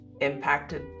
impacted